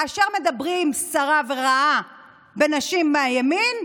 כאשר מדברים סרה ורעה בנשים מהימין,